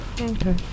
Okay